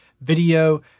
video